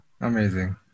Amazing